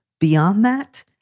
beyond that.